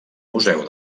museu